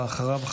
ואחריו,